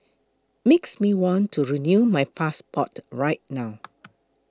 makes me want to renew my passport right now